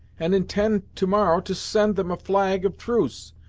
and intend to-morrow to send them a flag of truce,